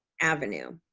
avenue.